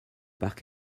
parc